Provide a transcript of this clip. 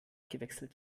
gewechselt